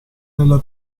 nella